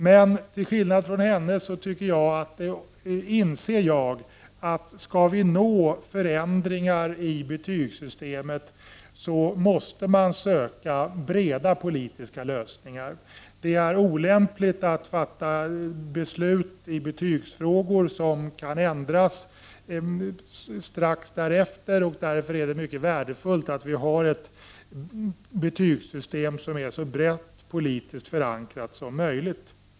Men till skillnad från henne inser jag att om vi skall få till stånd förändringar i betygssystemet måste vi söka breda politiska lösningar. Det är olämpligt att fatta beslut i betygsfrågor som kan ändras strax därefter, och därför är det mycket värdefullt att vi har ett betygssystem som är så brett politiskt förankrat som möjligt.